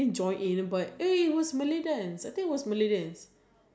I don't know I think I think like is not that serious so